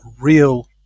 real